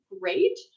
great